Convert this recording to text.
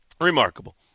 Remarkable